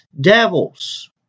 devils